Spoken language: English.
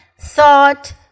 thought